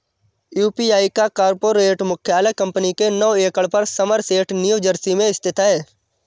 UPI का corporate मुख्यालय company के नौ एकड़ पर समरसेट न्यू जर्सी में स्थित है